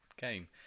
game